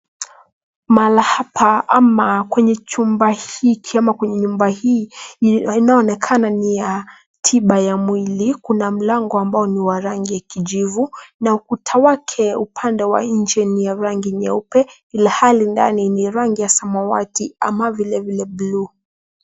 Mahali hapa ama kwenye chumba hiki ama kwenye nyumba hii inayoonekana ni ya tiba ya mwili. Kuna mlango ambao ni wa rangi ya kijivu na ukuta wake upande wa nje ni ya rangi nyeupe, ilhali ndani ni ya rangi ya samawati ama vilevile bluu.